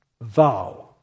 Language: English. vow